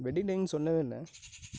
wedding டேனு சொல்லவே இல்லை